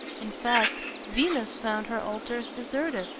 in fact venus found her altars deserted,